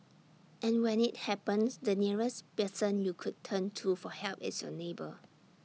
and when IT happens the nearest person you could turn to for help is your neighbour